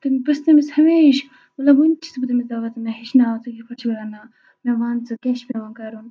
تہٕ بہٕ چھَس تٔمِس ہمیشہِ مطلب وُنہِ تہِ چھُس بہٕ تٔمِس دپان مےٚ ہیٚچھناو ژٕ کِتھٕ پٲٹھۍ چھُکھ رَنان مےٚ وَن ژےٚ کیٛاہ چھُ پٮ۪وان کَرُن